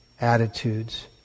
attitudes